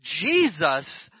Jesus